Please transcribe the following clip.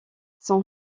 son